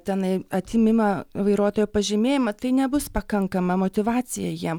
tenai atėmimą vairuotojo pažymėjimo tai nebus pakankama motyvacija jiem